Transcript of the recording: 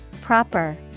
proper